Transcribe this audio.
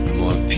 more